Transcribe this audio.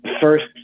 first